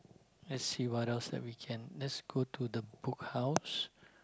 let's see what else that we can let's go the Book House